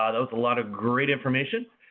ah that was a lot of great information.